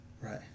Right